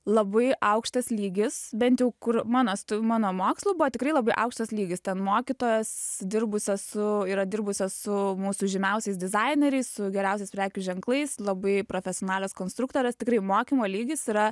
labai aukštas lygis bent jau kur mano tu mano mokslai buvo tikrai labai aukštas lygis ten mokytojos dirbusios su yra dirbusios su mūsų žymiausiais dizaineriais su geriausiais prekių ženklais labai profesionalios konstruktorės tikrai mokymo lygis yra